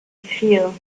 feel